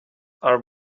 are